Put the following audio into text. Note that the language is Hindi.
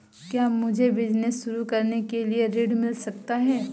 क्या मुझे बिजनेस शुरू करने के लिए ऋण मिल सकता है?